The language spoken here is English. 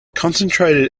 concentrated